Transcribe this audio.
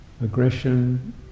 aggression